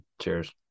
Cheers